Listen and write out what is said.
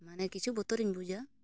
ᱢᱟᱱᱮ ᱠᱤᱪᱷᱩ ᱵᱚᱛᱚᱨᱤᱧ ᱵᱩᱡᱟ